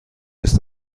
ist